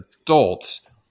adults